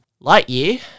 Lightyear